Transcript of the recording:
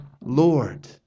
Lord